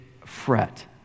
fret